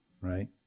right